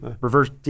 reverse